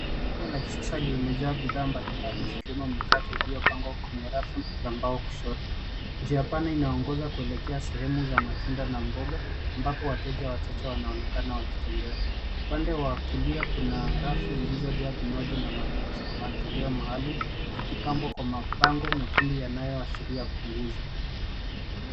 Ni duka kubwa la kisasa limejaa bidhaa mbalimbali zikiwemo mikate iliyopangwa kwenye rafu za mbao kushoto. Njia pana inaongoza kuelekea sehemu za matunda na mboga, ambapo wateja wachache wanaonekana wakitembea. Upande wa kulia, kuna rafu zilizojaa vinywaji na matoleo maalum, zikipambwa kwa mapango mekundu yanayoashiria punguzo.